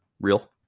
real